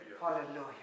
Hallelujah